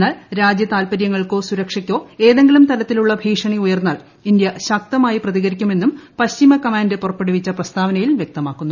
എന്നാൽ രാജ്യ താല്പര്യങ്ങൾക്കോ സുരക്ഷയ്ക്കോ ഏതെങ്കിലും തരത്തിലുള്ള ഭീഷണി ഉയർന്നാൽ ഇന്ത്യ ശക്തമായി പ്രതികരിക്കുമെന്നും പശ്ചിമ കമാൻഡ് പുറപ്പെടുവിച്ച പ്രസ്താവനയിൽ വൃക്തമാക്കുന്നു